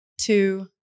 Two